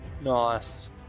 Nice